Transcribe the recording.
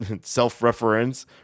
self-reference